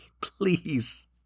please